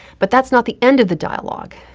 but that's not the end of the dialogue.